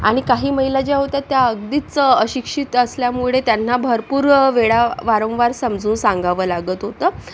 आणि काही महिला ज्या होत्या त्या अगदीच अशिक्षित असल्यामुळे त्यांना भरपूर वेळा वारंवार समजून सांगावं लागत होतं